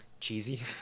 cheesy